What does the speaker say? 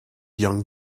young